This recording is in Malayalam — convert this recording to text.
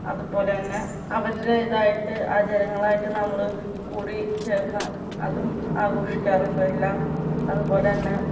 അത്പോലെ തന്നെ അവരുടെ ഇതായിട്ട് ആചാരങ്ങളായിട്ട് നമ്മൾ കൂടി ചേർന്ന് അതും ആഘോഷിക്കാറുണ്ട് എല്ലാം അതുപോലെ തന്നെ